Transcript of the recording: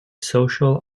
social